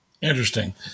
Interesting